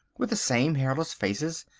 with the same hairless faces,